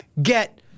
Get